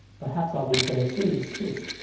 perhaps i'll refinish these, too.